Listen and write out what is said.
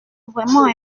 vraiment